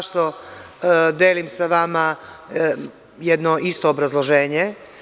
Zašto delim sa vama jedno isto obrazloženje?